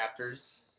Raptors